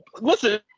listen